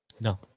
No